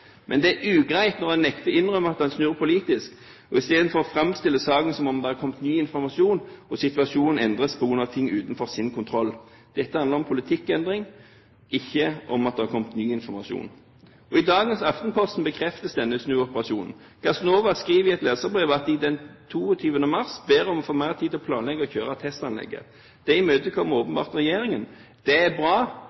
Men det er ugreit når en nekter å innrømme at man snur politisk, og i stedet framstiller saken som om det har kommet ny informasjon og at situasjonen endres på grunn av ting utenfor ens kontroll. Dette handler om politikkendring, ikke om at det har kommet ny informasjon. I dagens Aftenposten bekreftes denne snuoperasjonen. Gassnova skriver i et leserbrev at de den 22. mars ber om å få mer tid til å planlegge og kjøre testanlegget. Det imøtekommer